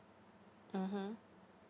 mmhmm